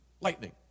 Lightning